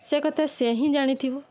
ସେ କଥା ସେ ହିଁ ଜାଣିଥିବ